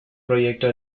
proyecto